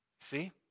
See